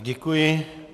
Děkuji.